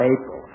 April